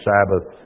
Sabbath